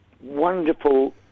wonderful